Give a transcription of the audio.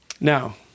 Now